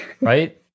right